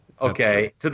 Okay